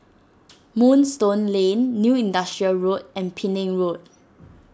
Moonstone Lane New Industrial Road and Penang Road